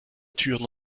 türen